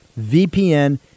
VPN